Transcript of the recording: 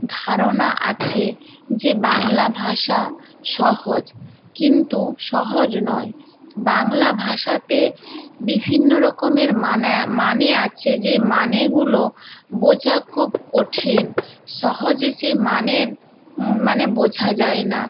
ধারণা আছে যে বাংলা ভাষা সহজ কিন্তু সহজ নয় বাংলা ভাষাতে বিভিন্ন রকমের মানা মানে আছে যে মানেগুলো বোঝা খুব কঠিন সহজে সেই মানের মানে বোঝা যায় না